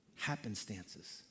happenstances